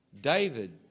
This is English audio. David